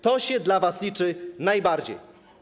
To się dla was liczy najbardziej.